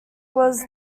was